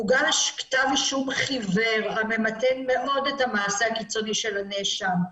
הוגש כתב אישום חיוור הממתן מאוד את המעשה הקיצוני של הנאשם.